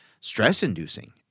stress-inducing